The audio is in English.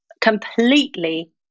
completely